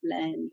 land